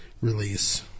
release